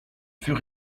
fût